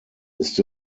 ist